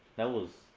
that was.